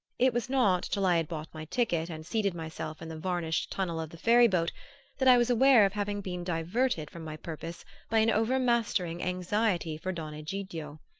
it was not till i had bought my ticket and seated myself in the varnished tunnel of the ferry-boat that i was aware of having been diverted from my purpose by an overmastering anxiety for don egidio.